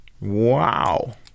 Wow